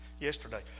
yesterday